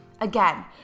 Again